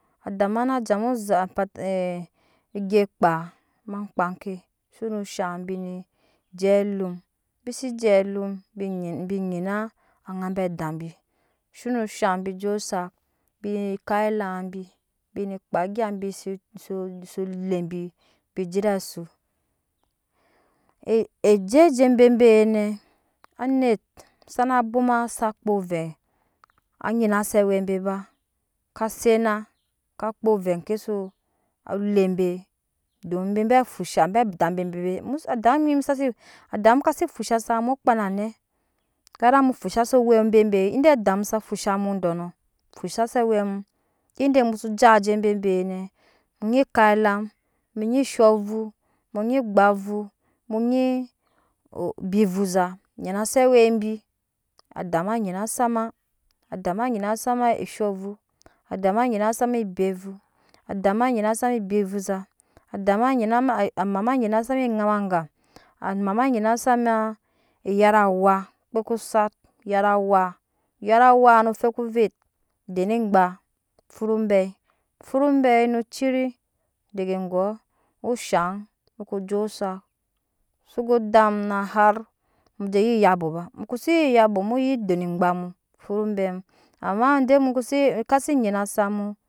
Adama na jama ozat pata egya kpa ma kpa ke ku shan bene je alum bize je alum binyi binyina aŋa be adabi zhono shaŋ bijo asah bine kam eluma bi bine kpa egyaa ke bisu bisu lebi bije ede asu e e jeje bebenɛ anet zana woma sa kpo ovɛ na nina se awɛ be ba a sena ka kpo ovɛ ke su lebe don fusha abe dida bebe musu ada nyi sasi adamu kasi fusha sam mu kpa nenɛ gara mu fusha sam mu kpa nenɛ gara mu fusha se owɛ mu bebe ide ada mu sa fusha mu dɔɔnɔ fusha se awɛmu ide mu su jaje bebenɛ munyi kap elam munyi shovu manyi gba vu manyi bi ovuza nyina se awɛbi adamu nyinasama dadama nyina sama eshɔavu adama nyina sama shɔɔ avu adama nyima ma amama nyina sam eŋam anga amam nyina sama eyatawa kpe kuzat yat awa yara awa no feku ovet dene egba futobai furwobai ne ciri dege gɔ ozhan muko jo osak zo wo odam na har mu jeye eyabo ba mukko si ye eyabo mu nyi den egba na iyu futibai mu ama de mukosi kaji nyina sama